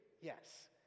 Yes